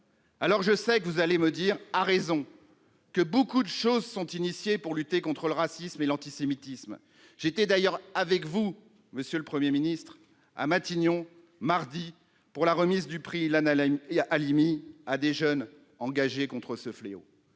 Alors, je sais que vous allez me dire, à raison, que beaucoup de choses sont initiées pour lutter contre le racisme et l'antisémitisme. J'étais d'ailleurs avec vous, monsieur le Premier ministre, à Matignon, mardi, pour la remise du prix Ilan Halimi à des jeunes engagés contre ce fléau.